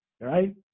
right